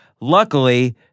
Luckily